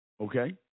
okay